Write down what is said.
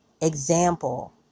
example